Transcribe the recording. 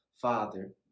father